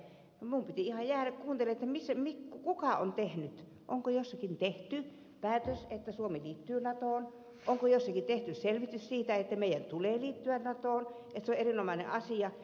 minun piti ihan jäädä kuuntelemaan kuka on tehnyt onko jossakin tehty päätös että suomi liittyy natoon onko jossakin tehty selvitys siitä että meidän tulee liittyä natoon että se on erinomainen asia